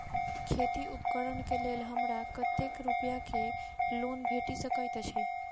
खेती उपकरण केँ लेल हमरा कतेक रूपया केँ लोन भेटि सकैत अछि?